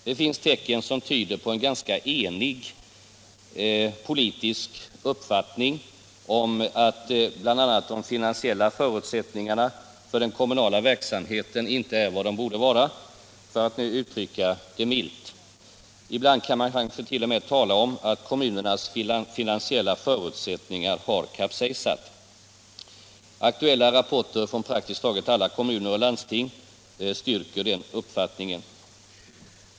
Det finns tecken som tyder på en ganska enig politisk uppfattning att bl.a. de finansiella förutsättningarna för den kommunala verksamheten inte är vad de borde vara — för att nu uttrycka det milt. Ibland kan man kanske t.o.m. tala om att kommunernas finansiella förutsättningar har kapsejsat. Aktuella rapporter från praktiskt taget alla kommuner och landsting styrker den uppfattningen.